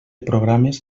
programes